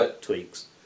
tweaks